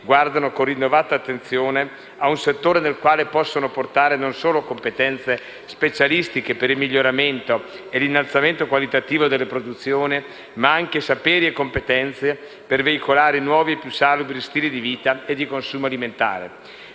guardano con rinnovata attenzione a un settore nel quale possono portare non solo competenze specialistiche per il miglioramento e l'innalzamento qualitativo della produzione, ma anche saperi e competenze per veicolare nuovi e più salubri stili di vita e di consumo alimentare.